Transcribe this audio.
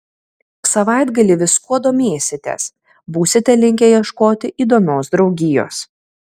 savaitgalį viskuo domėsitės būsite linkę ieškoti įdomios draugijos